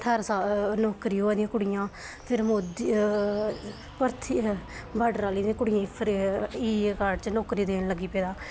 हर साल नौकरी होआ दियां कुड़ियां फिर मोदी भारती बार्डर आह्ली कुड़ियें गी इ'यै कार्ड च नौकरी देन लगी पेदा